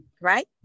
right